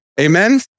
Amen